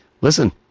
listen